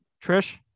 Trish